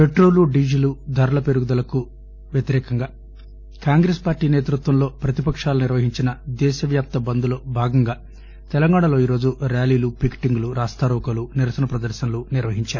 petrol diesel ధరల పెరుగుదలకు వ్యతిరేకంగా కాంగ్రెస్ పార్టీ నేతృత్వంలో ప్రతిపకాలు నిర్వహించిన దేశవ్యాప్త బంద్ లో భాగంగా తెలంగాణాలో ఈరోజు ర్యాలీలు పికెటింగ్ లు రాస్తారోకోలు నిరసన ప్రదర్నలు నిర్వహించారు